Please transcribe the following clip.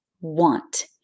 want